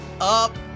up